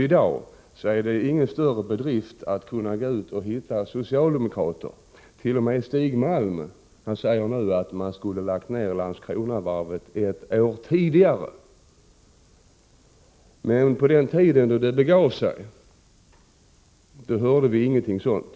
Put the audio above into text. I dag är det ingen större bedrift att hitta socialdemokrater som säger att Landskronavarvet skulle ha lagts ned ett år tidigare —t.o.m. Stig Malm hävdar det. Men på den tiden då det begav sig hörde vi ingenting sådant.